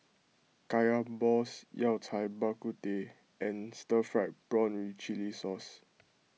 Kaya Balls Yao Cai Bak Kut Teh and Stir Fried Prawn with Chili Sauce